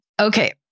Okay